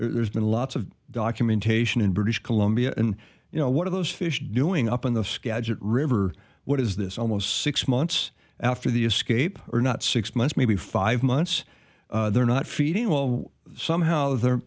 there's been lots of documentation in british columbia and you know one of those fish doing up in the skagit river what is this almost six months after the escape or not six months maybe five months they're not feeding well somehow their